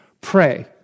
Pray